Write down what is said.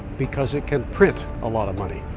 because it can print a lot of money.